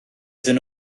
iddyn